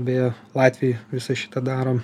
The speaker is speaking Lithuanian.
beje latvijoj visą šitą darom